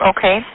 Okay